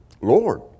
Lord